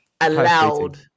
allowed